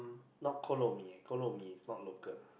not Kolo-Mee Kolo-Mee is not local